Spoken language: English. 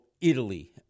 Italy